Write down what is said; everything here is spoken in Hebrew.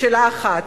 שאלה אחת.